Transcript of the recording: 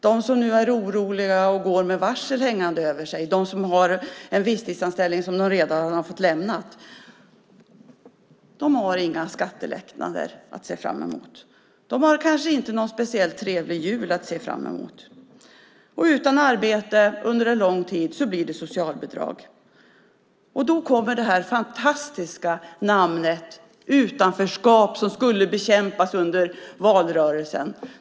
De som nu är oroliga och har varsel hängande över sig och de som hade en visstidsanställning som de redan har fått lämna har inga skattelättnader att se fram emot. De har kanske inte någon speciellt trevlig jul att se fram emot. Är man utan arbete under en lång tid blir det socialbidrag. Då kommer det här fantastiska namnet utanförskap, som skulle bekämpas under valrörelsen.